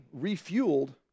refueled